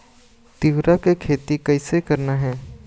तिऊरा के खेती कइसे करना हे?